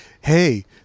hey